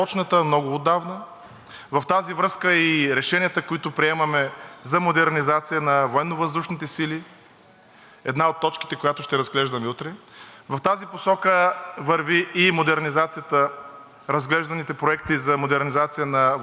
една от точките, която ще разглеждаме утре. В тази посока върви и модернизацията, разглежданите проекти за модернизация на Военноморските сили. С по-бавни темпове се развива модернизацията на Сухопътните ни войски.